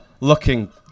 Looking